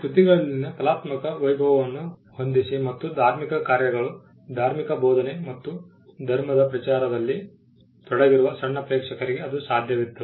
ಈ ಕೃತಿಗಳಲ್ಲಿನ ಕಲಾತ್ಮಕ ವೈಭವವನ್ನು ಹೊಂದಿಸಿ ಮತ್ತು ಧಾರ್ಮಿಕ ಕಾರ್ಯಗಳು ಧಾರ್ಮಿಕ ಬೋಧನೆ ಮತ್ತು ಧರ್ಮದ ಪ್ರಚಾರದಲ್ಲಿ ತೊಡಗಿರುವ ಸಣ್ಣ ಪ್ರೇಕ್ಷಕರಿಗೆ ಅದು ಸಾಧ್ಯವಿತ್ತು